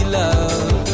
love